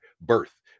birth